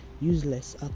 useless